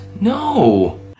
no